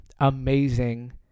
amazing